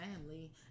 family